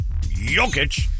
Jokic